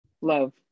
Love